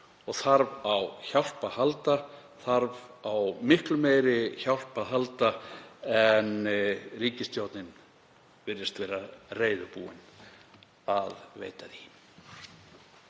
og þarf á hjálp að halda, þarf á miklu meiri hjálp að halda en ríkisstjórnin virðist vera reiðubúin að veita.